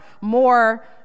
more